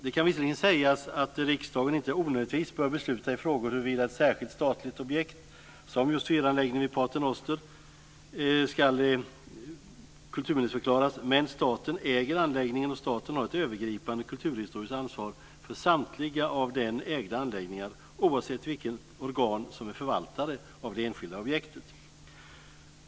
Det kan visserligen sägas att riksdagen inte onödigtvis bör besluta i frågor huruvida ett särskilt statligt objekt - som just fyranläggningen vid Pater Noster - ska kulturminnesförklaras. Men staten äger anläggningen, och staten har ett övergripande kulturhistoriskt ansvar för samtliga av den ägda anläggningar, oavsett vilket organ som är förvaltare av det enskilda objektet.